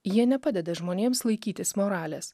jie nepadeda žmonėms laikytis moralės